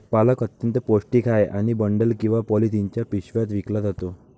पालक अत्यंत पौष्टिक आहे आणि बंडल किंवा पॉलिथिनच्या पिशव्यात विकला जातो